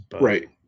right